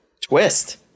twist